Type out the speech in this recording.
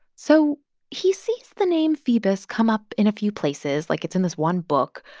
so he sees the name phoebus come up in a few places. like, it's in this one book.